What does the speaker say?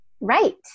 right